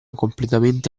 completamente